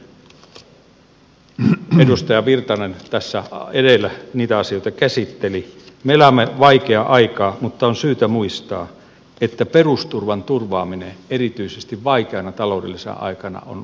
perusturvaan liittyen edustaja virtanen tässä edellä niitä asioita käsitteli me elämme vaikeaa aikaa mutta on syytä muistaa että perusturvan turvaaminen erityisesti vaikeana taloudellisena aikana on välttämätöntä